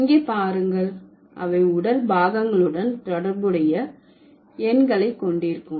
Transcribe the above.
இங்கே பாருங்கள் அவை உடல் பாகங்களுடன் தொடர்புடைய எண்களை கொண்டிருக்கும்